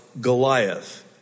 Goliath